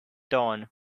torn